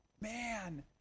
man